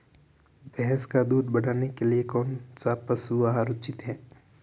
भैंस का दूध बढ़ाने के लिए कौनसा पशु आहार उचित है?